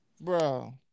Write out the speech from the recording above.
bro